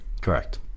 Correct